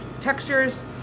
textures